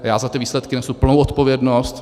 Já za ty výsledky nesu plnou odpovědnost.